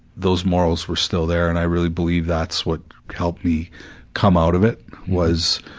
those morals were still there and i really believe that's what helped me come out of it was,